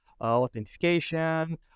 authentication